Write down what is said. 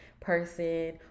person